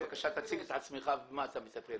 בבקשה תציג את עצמך במה אתה מטפל.